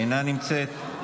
אינה נמצאת,